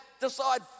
decide